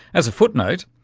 as a footnote,